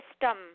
system